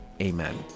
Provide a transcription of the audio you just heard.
Amen